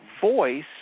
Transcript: voice